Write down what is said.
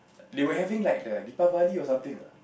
they were having like the Diwali or something lah